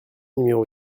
numéro